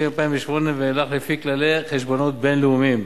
2008 ואילך לפי כללי חשבונאות בין-לאומיים,